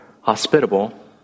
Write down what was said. hospitable